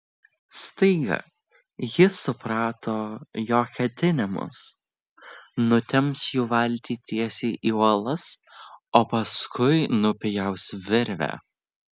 staiga ji suprato jo ketinimus nutemps jų valtį tiesiai į uolas o paskui nupjaus virvę